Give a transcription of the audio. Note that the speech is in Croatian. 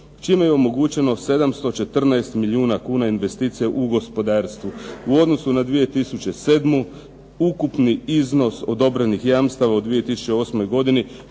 čime je omogućeno 714 milijuna kuna investicija u gospodarstvu, u odnosu na 2007. ukupni iznos odobrenih jamstava u 2008. godini